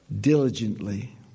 diligently